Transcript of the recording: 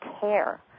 care